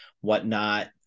whatnot